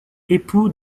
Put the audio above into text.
époux